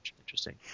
interesting